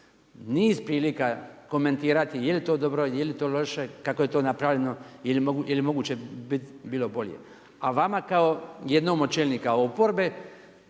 niz prilika komentirati je li to dobro, je li loše, kako je to napravljeno, je li moguće bilo bolje. A vama kao jednom od čelnika oporbe,